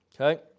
okay